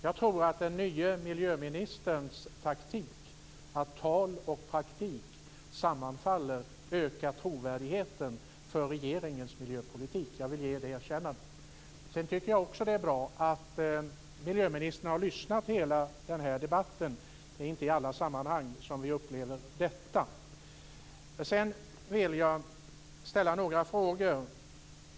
Jag tror att den nye miljöministerns taktik, att tal och praktik sammanfaller, ökar trovärdigheten för regeringens miljöpolitik. Jag vill ge detta erkännande. Jag tycker också att det är bra att miljöministern har lyssnat till hela debatten. Det är inte i alla sammanhang som vi upplever detta. Sedan vill jag ställa några frågor.